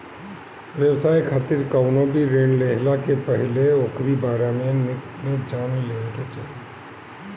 व्यवसाय खातिर कवनो भी ऋण लेहला से पहिले ओकरी बारे में निक से जान लेवे के चाही